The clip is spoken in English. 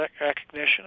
recognition